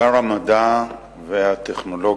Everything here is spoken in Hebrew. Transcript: שר המדע והטכנולוגיה,